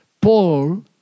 Paul